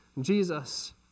Jesus